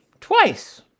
twice